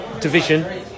division